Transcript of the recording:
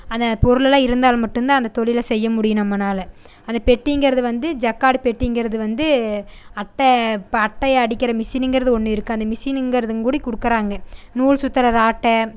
அந்த பொருள் எல்லாம் இருந்தால் மட்டும்தான் அந்த தொழிலை செய்ய முடியும் நம்மனால் அந்த பெட்டிங்கிறது வந்து ஜக்காடு பெட்டிங்கிறது வந்து அட்டை இப்போ அட்டையை அடிக்கிற மிஷினிங்கிறது ஒன்று இருக்குது அந்த மிஷினிங்கிறது கூடியும் கொடுக்கறாங்க நூல் சுத்துற அட்டை